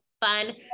fun